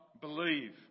believe